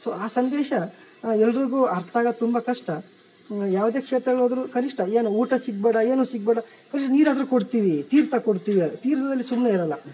so ಆ ಸಂದೇಶ ಎಲ್ಲರಿಗು ಅರ್ಥ ಆಗೋದ್ ತುಂಬ ಕಷ್ಟ ಯಾವುದೇ ಕ್ಷೇತ್ರಗಳೋದರು ಕನಿಷ್ಠ ಏನು ಊಟ ಸಿಗಬೇಡ ಏನು ಸಿಗಬೇಡ ಕನಿಷ್ಠ ನೀರು ಆದರು ಕೊಡ್ತೀವಿ ತೀರ್ಥ ಕೊಡ್ತೀವಿ ತೀರ್ಥದಲ್ಲಿ ಸುಮ್ಮನೆ ಇರೊಲ್ಲ